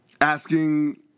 asking